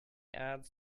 ads